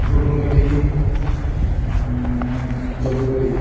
ᱰᱩᱞᱩᱝ ᱜᱟᱹᱰᱤ ᱡᱟᱢᱲᱩ ᱜᱟᱹᱰᱤ